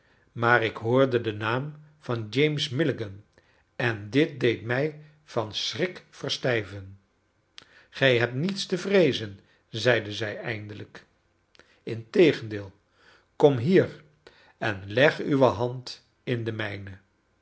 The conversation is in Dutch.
maar ik hoorde den naam van james milligan en dit deed mij van schrik verstijven gij hebt niets te vreezen zeide zij eindelijk integendeel kom hier en leg uwe hand in de mijne